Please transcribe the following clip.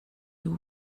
you